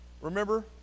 Remember